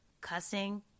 cussing